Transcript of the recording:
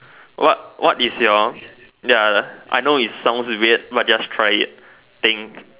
what what is your ya I know it sounds weird but just try it thing